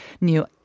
new